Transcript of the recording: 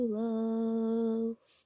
love